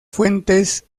fuentes